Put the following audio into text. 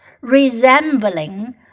resembling